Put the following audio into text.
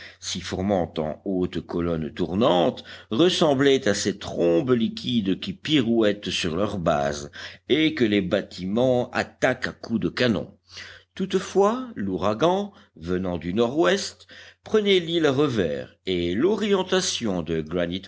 s'y formant en hautes colonnes tournantes ressemblait à ces trombes liquides qui pirouettent sur leur base et que les bâtiments attaquent à coups de canon toutefois l'ouragan venant du nord-ouest prenait l'île à revers et l'orientation de